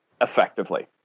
effectively